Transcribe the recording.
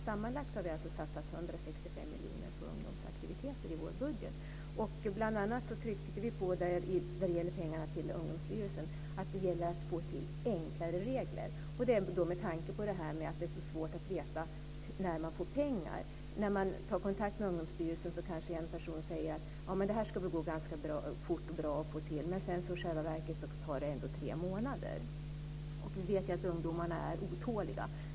Sammanlagt har vi alltså satsat 165 miljoner på ungdomsaktiviteter i vår budget. När det gäller pengarna till Ungdomsstyrelsen tryckte vi bl.a. på att det gäller att få till enklare regler med tanke på det här med att det är så svårt att veta när man får pengar. När man tar kontakt med Ungdomsstyrelsen kanske en person säger: Det här ska gå ganska fort och bra att få till. Men i själva verket tar det ändå tre månader. Vi vet ju att ungdomarna är otåliga.